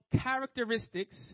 characteristics